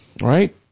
right